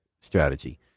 strategy